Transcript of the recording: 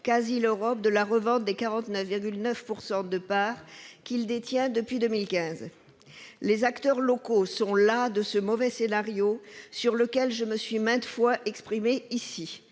Casil Europe de la revente des 49,9 % de parts qu'il détient depuis 2015. Les acteurs locaux sont las de ce mauvais scénario, sur lequel je me suis maintes fois exprimée ici.